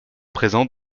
présents